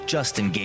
Justin